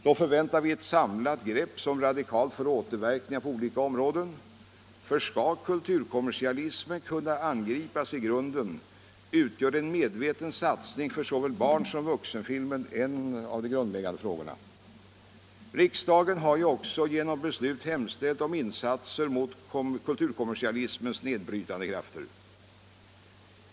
Vi förväntar oss nämligen ett samlat grepp som radikalt får återverkningar på olika områden. Skall kulturkommersialismen kunna angripas i grunden, utgör en medveten satsning på såväl barnsom vuxenfilmen en grundläggande fråga. Riksdagen har ju också genom beslut hemställt om insatser mot kulturkommersialismens nedbrytande krafter.